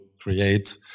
create